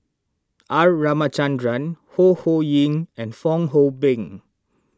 R Ramachandran Ho Ho Ying and Fong Hoe Beng